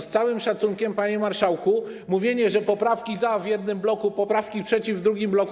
Z całym szacunkiem, panie marszałku, mówienie, że poprawki za są w jednym bloku, a poprawki przeciw - w drugim bloku.